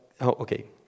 Okay